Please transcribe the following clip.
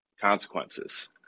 consequences